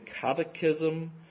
catechism